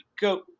go